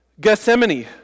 Gethsemane